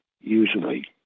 usually